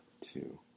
two